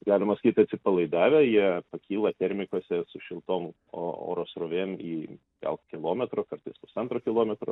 galima sakyt atsipalaidavę jie pakyla termikuose su šiltom o oro srovėm į gal kilometro kartais pusantro kilometro